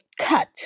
cut